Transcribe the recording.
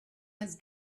has